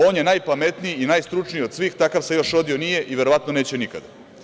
On je najpametniji i najstručniji od svih, takav se još rodio nije i verovatno neće nikada.